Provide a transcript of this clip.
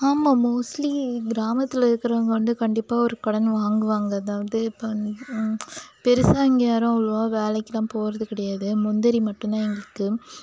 ஆமாம் மோஸ்ட்லி கிராமத்தில் இருக்கிறவங்க வந்து கண்டிப்பாக ஒரு கடன் வாங்குவாங்க அதாவது இப்ப வந்து பெரிசா இங்கே யாரும் அவ்வளவா வேலைக்கெலாம் போகிறது கிடையாது முந்திரி மட்டுந்தான் எங்களுக்கு